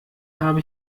habe